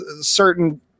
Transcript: certain